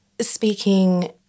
speaking